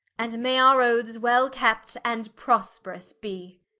and may our oathes well kept and prosp'rous be.